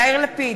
נגד יאיר לפיד,